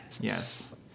Yes